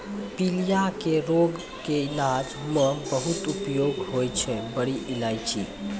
पीलिया के रोग के इलाज मॅ बहुत उपयोगी होय छै बड़ी इलायची